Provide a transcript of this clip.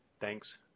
Thanks